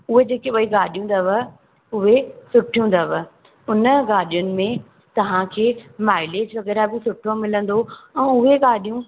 उहे जेके ॿई गाॾियूं अथव उहे सुठियूं अथव उन गाॾियुनि में तव्हांखे माइलेज वग़ैरह बि सुठो मिलंदो ऐं उहे गाॾियूं